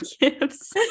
gifts